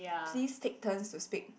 please take turns to speak